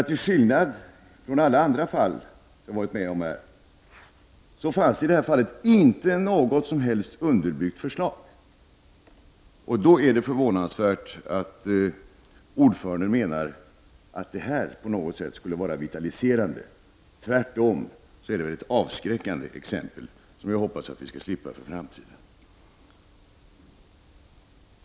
Till skillnad från alla andra fall fanns här inte något som helst underbyggt förslag, och det är förvånansvärt att utskottsordföranden menar att det på något sätt skulle vara vitaliserande. Tvärtom är det ett avskräckande exempel, som jag hoppas att vi skall slippa för framtiden.